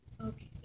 Okay